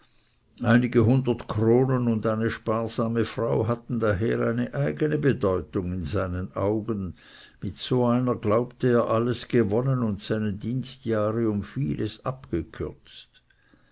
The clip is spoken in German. einige hundert kronen und eine sparsame frau hatten daher eine eigene bedeutung in seinen augen mit so einer glaubte er alles gewonnen und seine dienstjahre um vieles abgekürzt